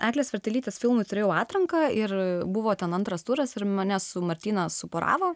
eglės vertelytės filmui turėjau atranką ir buvo ten antras turas ir mane su martyna suporavo